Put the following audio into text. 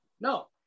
No